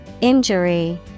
Injury